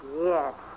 Yes